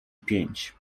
pięć